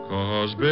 Cause